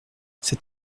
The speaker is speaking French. c’est